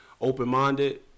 open-minded